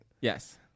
Yes